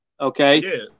okay